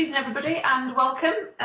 yeah everybody, and welcome.